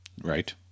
right